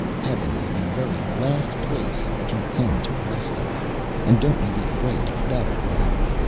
heaven is the very last place to come to rest in and don't you be afraid to bet on that!